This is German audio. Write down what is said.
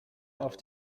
auf